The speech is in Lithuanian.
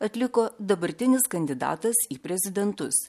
atliko dabartinis kandidatas į prezidentus